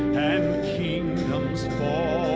and kingdoms fall